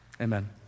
Amen